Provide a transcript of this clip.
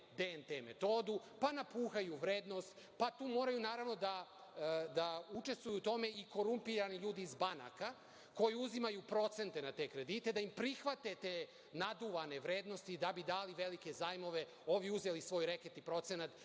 TNT metodu, pa napuhaju vrednost, pa tu moraju da učestvuju u tome i korumpirani ljudi iz banaka koji uzimaju procente na te kredite da im prihvate te naduvane vrednosti da bi dali velike zajmove, ovi uzeli svoj reketni procenat